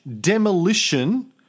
demolition